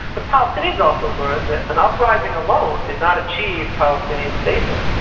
the palestinians also learned that an uprising alone did not achieve palestinian status.